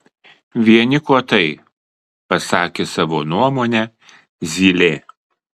vieni kotai pasakė savo nuomonę zylė